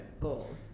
goals